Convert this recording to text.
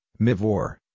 Mivor